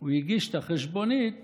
הוא הגיש את החשבונית